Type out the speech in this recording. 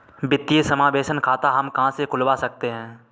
वित्तीय समावेशन खाता हम कहां से खुलवा सकते हैं?